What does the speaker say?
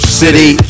city